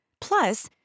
plus